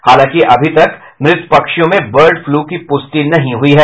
हालांकि अभी तक मृत पक्षियों में बर्ड फ्लू की पुष्टि नहीं हुई है